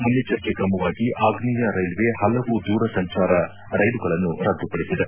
ಮುನ್ನೆಚ್ಚರಿಕೆ ಕ್ರಮವಾಗಿ ಆಗ್ನೇಯ ರೈಲ್ವೆ ಹಲವು ದೂರ ಸಂಚಾರ ರೈಲುಗಳನ್ನು ರದ್ದುಪಡಿಸಿದೆ